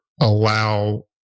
allow